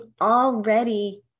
already